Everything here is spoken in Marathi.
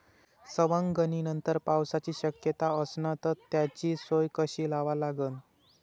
सवंगनीनंतर पावसाची शक्यता असन त त्याची सोय कशी लावा लागन?